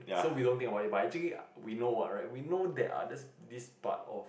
so we don't think about it but actually we know what right we know there are just this part of